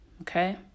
Okay